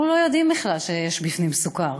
אנחנו לא יודעים בכלל שיש בפנים סוכר